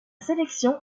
sélection